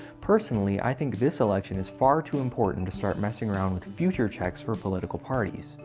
personally, i think this election is far too important to start messing around with future checks for political parties.